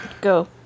Go